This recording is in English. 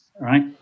right